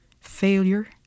Failure